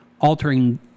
altering